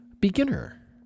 Beginner